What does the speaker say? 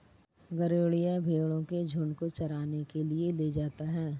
गरेड़िया भेंड़ों के झुण्ड को चराने के लिए ले जाता है